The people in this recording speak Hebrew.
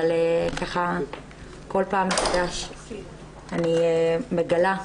אבל ככה כל פעם מחדש אני מגלה